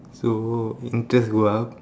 so you can just go out